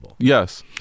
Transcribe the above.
Yes